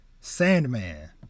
Sandman